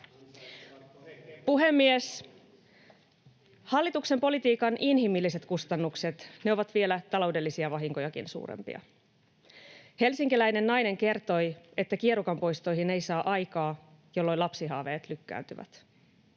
Puhemies! Hallituksen politiikan inhimilliset kustannukset ovat vielä taloudellisia vahinkojakin suurempia. Helsinkiläinen nainen kertoi, että kierukan poistoihin ei saa aikaa, jolloin lapsihaaveet lykkääntyvät.